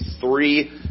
three